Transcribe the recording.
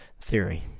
theory